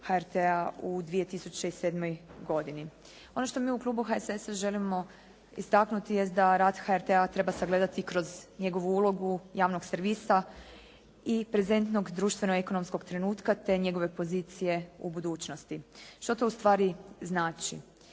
HRT-a u 2007. godini. Ono što mi u klubu HSS-a želimo istaknuti jest da rad HRT-a treba sagledati kroz njegovu ulogu javnog servisa i prezentnog društveno-ekonomskog trenutka te njegove pozicije u budućnosti. Što to ustvari znači?